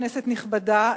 כנסת נכבדה,